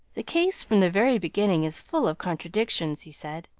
the case from the very beginning is full of contradictions, he said.